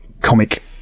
comic